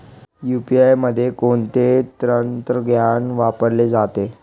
UPI मध्ये कोणते तंत्रज्ञान वापरले जाते?